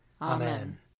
Amen